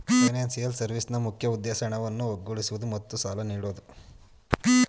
financial ಸರ್ವಿಸ್ನ ಮುಖ್ಯ ಉದ್ದೇಶ ಹಣವನ್ನು ಒಗ್ಗೂಡಿಸುವುದು ಮತ್ತು ಸಾಲ ನೀಡೋದು